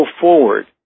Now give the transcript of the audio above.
forward